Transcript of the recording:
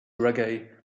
reggae